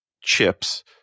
chips